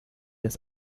des